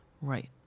Right